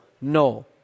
no